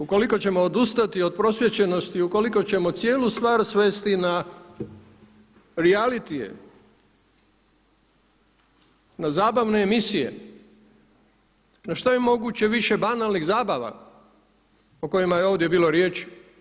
Ukoliko ćemo odustati od prosvjećenosti, ukoliko ćemo cijelu stvar svesti na reality, na zabavne emisije, na što je moguće više banalnih zabava o kojima je ovdje bilo riječi.